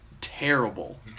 terrible